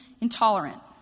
intolerant